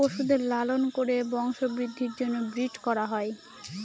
পশুদের লালন করে বংশবৃদ্ধির জন্য ব্রিড করা হয়